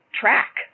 track